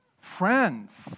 Friends